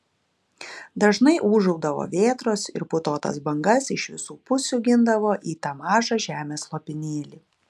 dažnai ūžaudavo vėtros ir putotas bangas iš visų pusių gindavo į tą mažą žemės lopinėlį